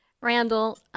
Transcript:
Randall